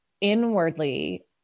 inwardly